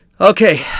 okay